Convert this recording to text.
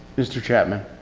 mr. chapman.